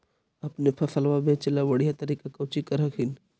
अपने फसलबा बचे ला बढ़िया तरीका कौची कर हखिन?